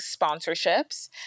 sponsorships